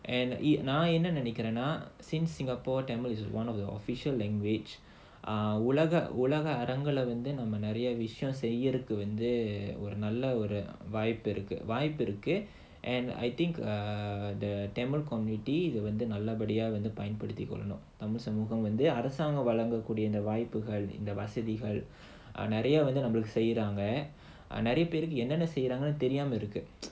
and நான் என்ன நினைக்கிறேனா:naan enna ninaikkiraenaa since singapore tamil is one of the official language உலக அரங்குல நாம நிறைய விஷயம் செய்றதுக்கு வாய்ப்பிருக்கு:ulaga arangula naama niraiya vishayam seirathukku vaaipirukku and I think uh the tamil community இதை நல்ல படியா பயன்படுத்திக்கொள்ளனும் தமிழ் சமூகம் வந்து அரசாங்கம் வழங்கக்கூடிய இந்த வாய்ப்புகள் இந்த வசதிகள் நிறைய நமக்கு செய்றாங்க நிறைய பேருக்கு வந்து என்னென்ன செய்றாங்கன்னு தெரியாம இருக்கு:idha nallapadiyaa payanpaduthi kollanum tamil samoogam vandhu arasangam valangakoodiya indha vaaipugal indha vasathigal niraiya nammakku seiraanga niraiya perukku vandhu ennenna seiraanganu theriyaama irukku